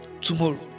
tomorrow